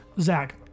Zach